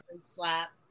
slap